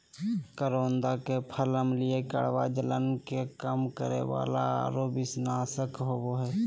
करोंदा के फल अम्लीय, कड़वा, जलन के कम करे वाला आरो विषनाशक होबा हइ